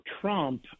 Trump